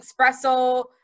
espresso